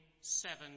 seven